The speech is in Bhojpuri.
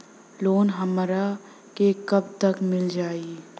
लोन हमरा के कब तक मिल जाई?